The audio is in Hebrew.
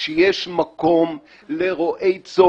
אפשר גם להעביר לוועדה